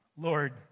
Lord